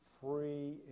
free